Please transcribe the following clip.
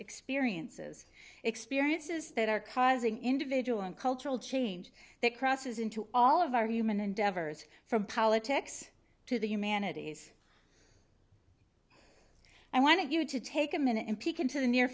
experiences experiences that are causing individual and cultural change that crosses into all of our human endeavors from politics to the humanities i want you to take a minute and peek into the near